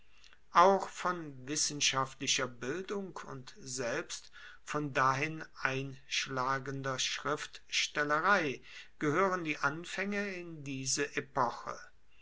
auch von wissenschaftlicher bildung und selbst von dahin einschlagender schriftstellerei gehoeren die anfaenge in diese epoche